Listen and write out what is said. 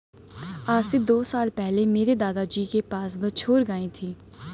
आज से दो साल पहले मेरे दादाजी के पास बछौर गाय थी